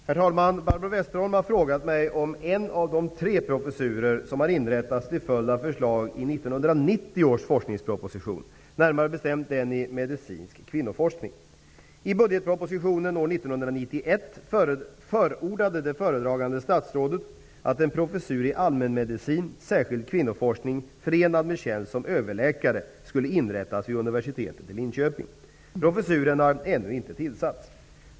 Herr talman! Barbro Westerholm har frågat mig om en av de tre professurer som har inrättats till följd av förslag i 1990 års forskningsproposition, närmare bestämt den i medicinsk kvinnoforskning. I budgetpropositionen år 1991 förordade föredragande statsrådet att en professur i allmänmedicin, särskilt kvinnoforskning, förenad med tjänst som överläkare, skulle inrättas vid Universitetet i Linköping. Professuren har ännu inte tillsatts.